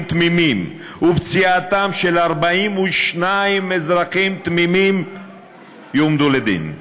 תמימים ופציעתם של 42 אזרחים תמימים יועמדו לדין.